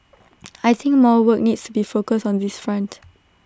I think more work needs be focused on this front